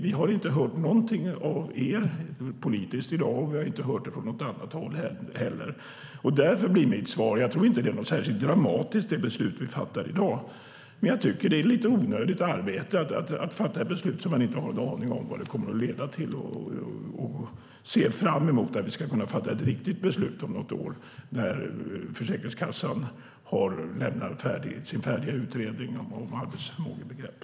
Vi har inte hört någonting av er politiskt i dag och vi har inte hört något från annat håll heller. Jag tror inte att det beslut vi ska fatta blir särskilt dramatiskt, men det är lite onödigt arbete att fatta beslut som man inte har en aning om vad det kommer att leda till. Jag ser fram emot att vi kan fatta ett riktigt beslut om något år när Försäkringskassan har lämnat sin färdiga utredning om arbetsförmågebegreppet.